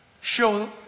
Show